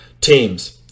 teams